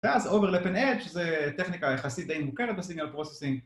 ‫ואז עובר לפן אג' זה טכניקה יחסית ‫די מוכרת בסימיאל פרוססינג.